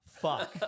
fuck